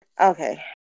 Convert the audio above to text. okay